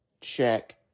check